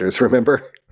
remember